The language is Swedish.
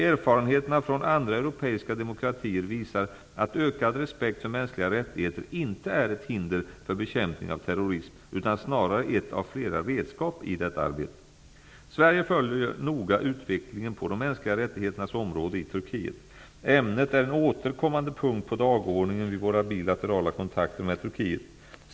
Erfarenheterna från andra europeiska demokratier visar att ökad respekt för mänskliga rättigheter inte är ett hinder för bekämpning av terrorism utan snarare ett av flera redskap i detta arbete. Sverige följer noga utvecklingen på de mänskliga rättigheternas område i Turkiet. Ämnet är en återkommande punkt på dagordningen vid våra bilaterala kontakter med Turkiet.